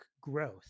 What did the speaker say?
growth